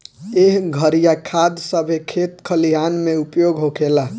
एह घरिया खाद सभे खेत खलिहान मे उपयोग होखेला